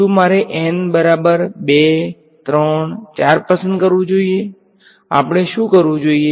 શું મારે n બરાબર 2 3 4 પસંદ કરવું જોઈએ આપણે શું કરવું જોઈએ